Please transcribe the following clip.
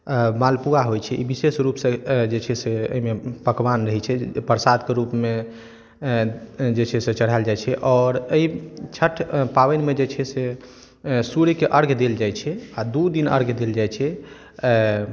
मालपुआ होइ छै ई विशेष रूपसँ जे छै से एहिमे पकवान रहै छै प्रसादके रूपमे जे छै से चढ़ायल जाइ छै और एहि छठ पाबनिमे जे छै से सूर्यके अर्घ देल जाइ छै आओर दू दिन अर्घ देल जाइ छै